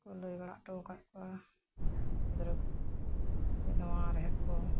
ᱞᱟᱹᱭ ᱵᱟᱲᱟ ᱴᱚ ᱠᱟᱜ ᱠᱚᱣᱟ ᱜᱤᱫᱽᱨᱟᱹ ᱠᱚ ᱡᱮ ᱱᱚᱣᱟ ᱨᱮᱦᱮᱫ ᱠᱚ